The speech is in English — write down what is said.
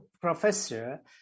professor